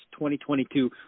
2022